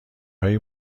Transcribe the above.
های